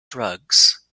drugs